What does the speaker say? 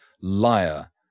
liar